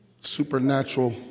supernatural